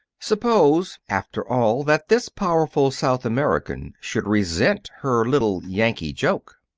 suppose, after all, that this powerful south american should resent her little yankee joke!